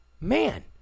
man